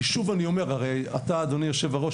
אדוני היו"ר,